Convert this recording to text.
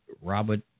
Robert